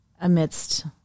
amidst